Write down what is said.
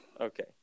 Okay